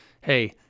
hey